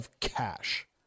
cash